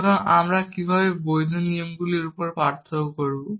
সুতরাং আমরা কীভাবে বৈধ নিয়মগুলির মধ্যে পার্থক্য করব